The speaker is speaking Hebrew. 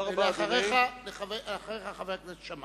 אחריך, חבר הכנסת שאמה.